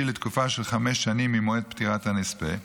לתקופה של חמש שנים ממועד פטירת הנספה,